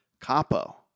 Capo